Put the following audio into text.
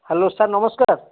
hello sir ନମସ୍କାର